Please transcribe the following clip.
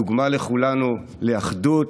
דוגמה לכולנו לאחדות,